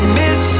miss